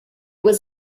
was